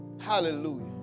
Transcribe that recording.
Hallelujah